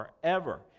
forever